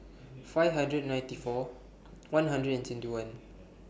five hundred and ninety four one hundred and twenty one